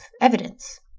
evidence